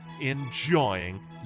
enjoying